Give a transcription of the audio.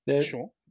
sure